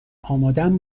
آمادم